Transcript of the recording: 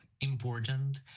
important